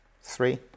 three